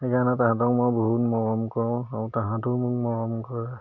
সেইকাৰণে তাহাঁতক মই বহুত মৰম কৰোঁ আৰু তাহাঁতেও মোক মৰম কৰে